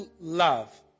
love